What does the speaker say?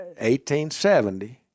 1870